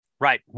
Right